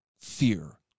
fear